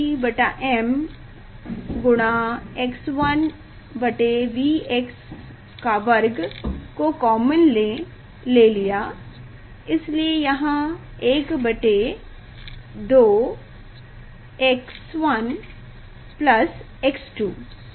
q E m x1 Vx2 को common ले लिया है इसलिए यहाँ 12 x1 x2